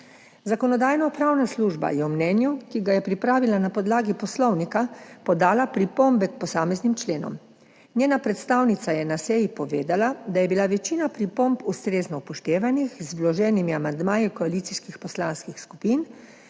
Zakonodajno-pravna služba je v mnenju, ki ga je pripravila na podlagi poslovnika, podala pripombe k posameznim členom. Njena predstavnica je na seji povedala, da je bila večina pripomb ustrezno upoštevana z vloženimi amandmaji koalicijskih poslanskih skupin,